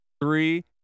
three